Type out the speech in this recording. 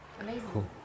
Amazing